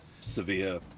severe